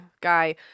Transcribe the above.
guy